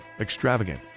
extravagant